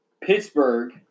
Pittsburgh